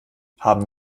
haben